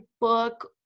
book